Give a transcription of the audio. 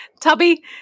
Tubby